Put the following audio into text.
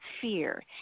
fear